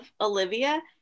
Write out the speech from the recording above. Olivia